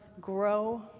grow